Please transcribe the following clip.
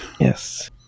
Yes